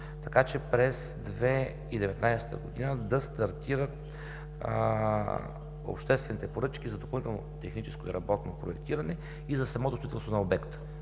така че през 2019 г. да стартират обществените поръчки за допълнително техническо и работно проектиране и за самото строителство на обекта.